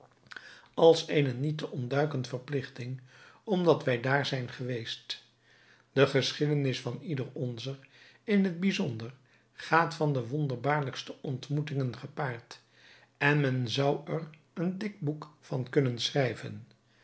als eene niet te ontduiken verpligting omdat wij daar zijn geweest de geschiedenis van ieder onzer in het bijzonder gaat van de wonderlijkste ontmoetingen gepaard en men zou er een dik boek van kunnen schrijven